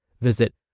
Visit